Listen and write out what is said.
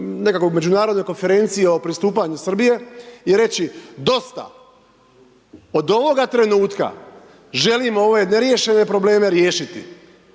nekakvog međunarodne konferencije o pristupanju Srbije, i reći dosta, od ovoga trenutka želimo ove neriješene probleme riješiti,